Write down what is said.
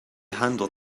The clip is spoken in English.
handle